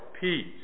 peace